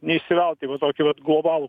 neįsivelt į va tokį vat globalų